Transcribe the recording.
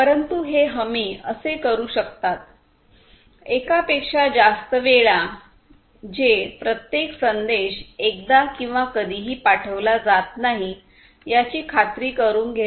परंतु हे हमी असे करू शकतात एकापेक्षा जास्त वेळा जे प्रत्येक संदेश एकदा किंवा कधीही पाठविला जात नाही याची खात्री करुन घेते